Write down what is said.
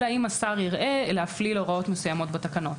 אלא אם השר יראה לנכון להפליל הוראות מסוימות בתקנות.